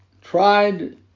tried